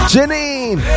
Janine